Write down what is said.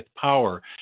power